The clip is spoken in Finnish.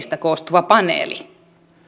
miehistä koostuva paneeli